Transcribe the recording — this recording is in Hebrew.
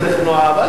בדרך נועם.